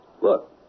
Look